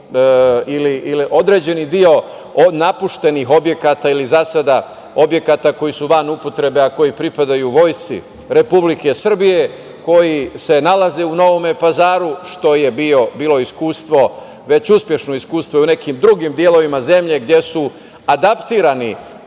ili određeni deo napuštenih objekata ili za sada objekata koji su van upotrebe, a koji pripadaju vojsci Republike Srbije, koji se nalaze u Novom Pazaru, što je bilo iskustvo, već uspešno iskustvo i u nekim drugim delovima zemlje gde su adaptirani